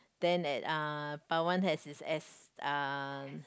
then at uh Pawan has his S uh